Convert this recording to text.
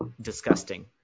disgusting